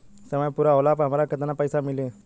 समय पूरा होला पर हमरा केतना पइसा मिली?